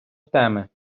теми